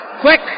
quick